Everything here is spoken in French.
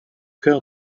cœur